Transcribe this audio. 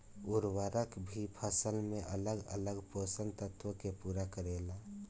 उर्वरक भी फसल में अलग अलग पोषण तत्व के पूरा करेला